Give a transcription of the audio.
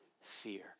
fear